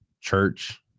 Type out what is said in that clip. church